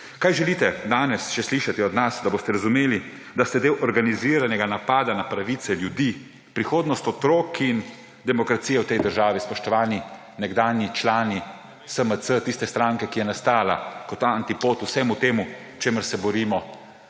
Kaj želite danes še slišati od nas, da boste razumeli, da ste del organiziranega napada na pravice ljudi, prihodnost otrok in demokracijo v tej državi, spoštovani nekdanji člani SMC − tiste stranke, ki je nastala kot antipod vsemu temu, čemur se borimo